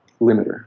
limiter